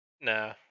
Nah